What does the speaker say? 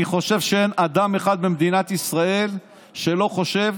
אני חושב שאין אדם אחד במדינת ישראל שלא חושב